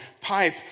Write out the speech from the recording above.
pipe